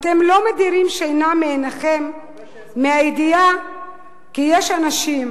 האם לא מדירה שינה מעיניכם הידיעה כי יש אנשים